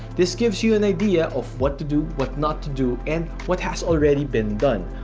this gives you an idea of what to do, what not to do, and what has already been done.